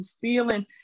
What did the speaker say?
feeling